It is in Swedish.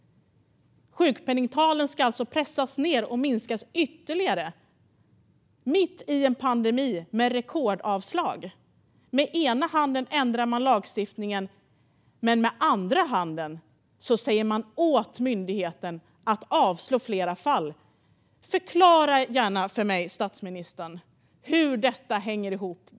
Sjukpenningtalen ska alltså pressas ned och minskas ytterligare, mitt i en pandemi och med redan rekordmånga avslag. Med ena handen ändrar man lagstiftningen, och med andra handen instruerar man myndigheten att avslå fler ansökningar. Statsministern får gärna förklara för mig hur detta går ihop.